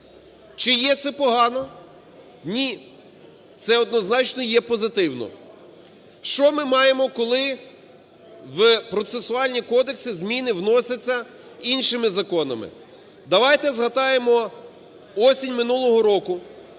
Чи є це погано? Ні. Це однозначно є позитивно. Що ми маємо, коли в процесуальні кодекси зміни вносяться іншими законами? Давайте згадаємо осінь минулого року,